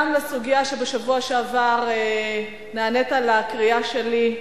גם לסוגיה שבשבוע שעבר נענית בה לקריאה שלי,